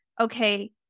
okay